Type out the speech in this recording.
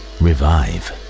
revive